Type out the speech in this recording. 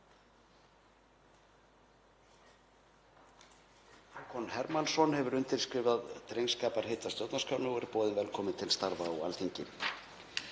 Hákon Hermannsson hefur undirskrifað drengskaparheit að stjórnarskránni og er boðinn velkominn til starfa á Alþingi.